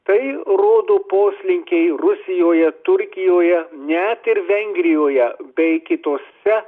tai rodo poslinkiai rusijoje turkijoje net ir vengrijoje bei kitose